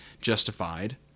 justified